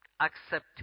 accept